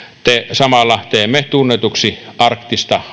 samalla teemme tunnetuksi arktista